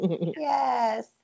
yes